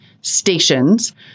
stations